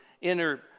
inner